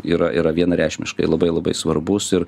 yra yra vienareikšmiškai labai labai svarbus ir